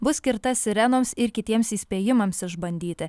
bus skirta sirenoms ir kitiems įspėjimams išbandyti